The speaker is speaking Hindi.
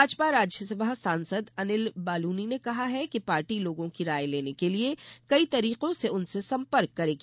भाजपा राज्यसभा सांसद अनिल बालूनी ने कहा है कि पार्टी लोगों की राय लेने के लिए कई तरीकों से उनसे संपर्क करेगी